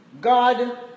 God